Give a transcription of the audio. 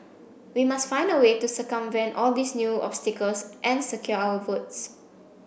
we must find a way to circumvent all these new obstacles and secure our votes